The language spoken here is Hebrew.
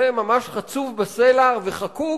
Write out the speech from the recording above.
זה ממש חצוב וחקוק